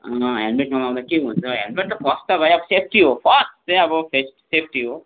helmet नलाउँदा के हुन्छ हेलमेट त फर्स्ट त भाइ सेफ्टी हो फर्स्ट चाहिँ अब सेफ्टी हो